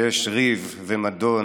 יש ריב ומדון,